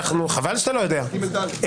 רוב המוחלט של הדברים שאמרת אני מסכים.